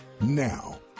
Now